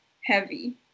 heavy